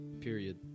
Period